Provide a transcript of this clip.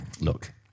look